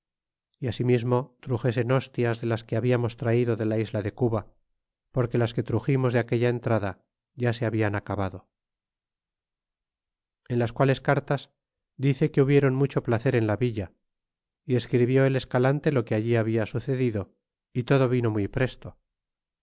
y asimismo truxesen hostias de las que hablamos traido de la isla de cuba porque las que truximos de aquella entrada ya se hablan acabado en las quales cartas dice que hubiéron mucho placer en la villa y escribió el escalante lo que allí habla sucedido y todo vino muy presto